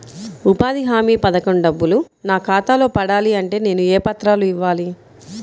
ఉపాధి హామీ పథకం డబ్బులు నా ఖాతాలో పడాలి అంటే నేను ఏ పత్రాలు ఇవ్వాలి?